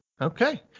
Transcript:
Okay